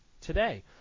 today